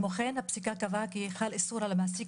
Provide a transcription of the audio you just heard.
כמו כן הפסיקה קבעה כי חל איסור על המעסיק